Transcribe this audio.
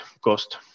cost